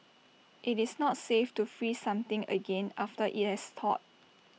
IT is not safe to freeze something again after IT has thawed